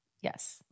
Yes